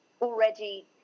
already